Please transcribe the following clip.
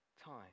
time